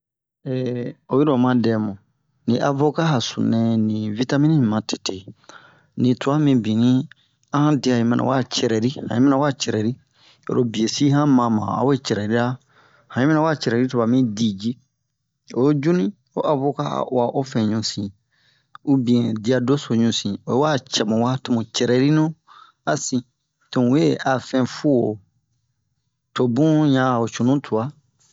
oyiro oma dɛ mu ni avoka a sunu-nɛ ni vitamini mi matete nii twa mibinnin a han diya yi mina wa cɛrɛri han yi mina wa cɛrɛri oro biye-si han mana a we cɛrɛrira han yi mina wa cɛrɛri to ɓa mi di ji oyi ju ni ho avoka a uwa ofɛn ɲunsin ubiyɛn diya doso ɲunsin oyi wa cɛ mu wa tomu cɛrɛri-nu a sin to mu we a fɛn fuwo to bun ɲan a ho cunu twa